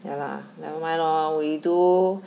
ya lah never mind lor we do